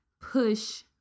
push-